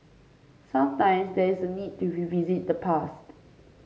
sometimes there is a need to revisit the past